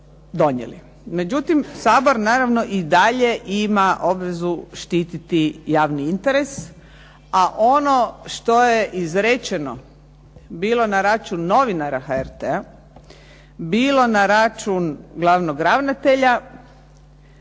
Međutim, Sabor naravno i dalje ima obvezu štiti javni interes. A ono što je bilo izrečeno na račun novinara HRT-a, bilo na račun glavnog ravnatelja,